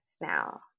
now